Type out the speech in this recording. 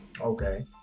Okay